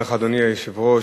אדוני היושב-ראש,